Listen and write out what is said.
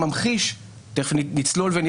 שוק אפור, ריבית של שוק אפור.